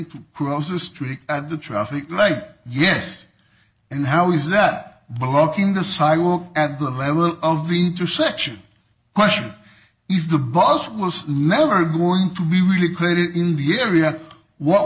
to cross the street at the traffic light yes and how is that blocking the sidewalk at the level of the intersection question if the boss was never going to be really clear in the area what